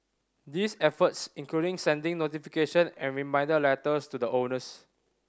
these efforts include sending notification and reminder letters to the owners